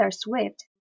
Swift